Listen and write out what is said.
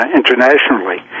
internationally